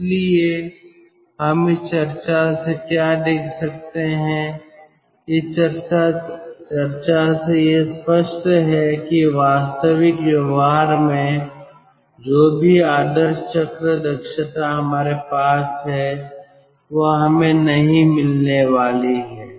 इसलिए हम इस चर्चा से क्या देख सकते हैं इस चर्चा से यह स्पष्ट है कि वास्तविक व्यवहार में जो भी आदर्श चक्र दक्षता हमारे पास है वह हमें नहीं मिलने वाली है